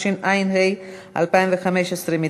התשע"ה 2015,